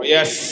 Yes